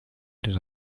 that